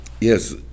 yes